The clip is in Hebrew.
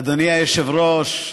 אדוני היושב-ראש,